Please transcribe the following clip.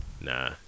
nah